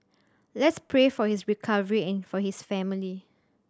let's pray for his recovery and for his family